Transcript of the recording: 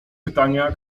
pytania